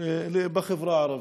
בחברה הערבית,